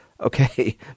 Okay